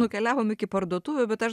nukeliavom iki parduotuvių bet aš